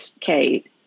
Kate